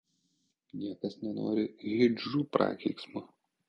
niekas nenori hidžrų prakeiksmo